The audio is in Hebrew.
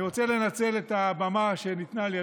אני רוצה לנצל את הבמה שניתנה לי,